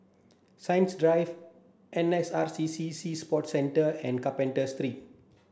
Science Drive N S R C C Sea Sports Centre and Carpenter Street